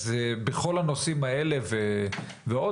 אז בכל הנושאים האלה ועוד,